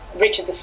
Richard